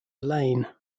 lane